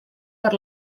per